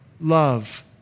love